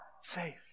safe